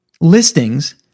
listings